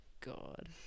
God